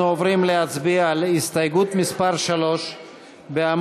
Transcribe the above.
אנחנו עוברים להצביע על הסתייגות מס' 3 בעמוד